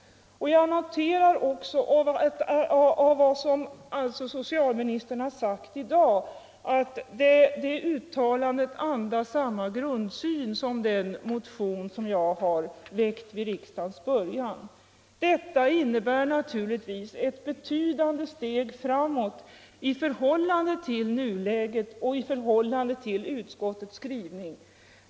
Jag noterar också att socialministerns uttalande i dag andas samma grundsyn som den motion som jag väckte vid riks dagens början. Detta innebär naturligtvis ett betydande steg framåt i förhållande till nuläget och i förhållande till utskottets skrivning.